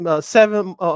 Seven